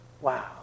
Wow